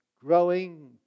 growing